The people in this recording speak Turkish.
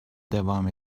devam